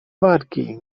wargi